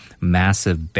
massive